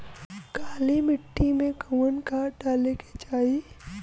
काली मिट्टी में कवन खाद डाले के चाही?